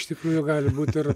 iš tikrųjų gali būt ir